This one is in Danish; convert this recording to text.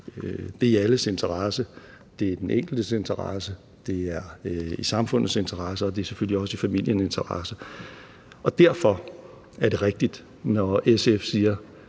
Det er i alles interesse. Det er i den enkeltes interesse, det er i samfundets interesse, og det er selvfølgelig også i familiens interesse. Derfor er det rigtigt, når SF siger,